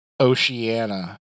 Oceania